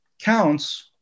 counts